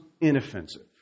inoffensive